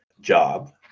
job